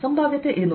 ಸಂಭಾವ್ಯತೆ ಏನು